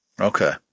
Okay